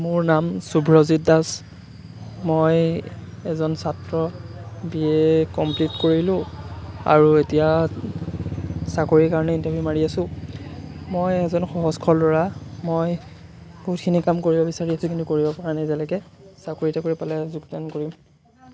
মোৰ নাম সুভ্ৰজিত দাস মই এজন ছাত্ৰ বি এ কমপ্লিট কৰিলোঁ আৰু এতিয়া চাকৰিৰ কাৰণে ইণ্টাৰভিউ মাৰি আছোঁ মই এজন সহজ সৰল ল'ৰা মই বহুতখিনি কাম কৰিব বিচাৰি আছোঁ কিন্তু কৰিবপৰা নাই যেনেকৈ চাকৰি তাকৰি পালে যোগদান কৰিম